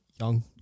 young